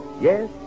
Yes